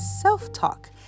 self-talk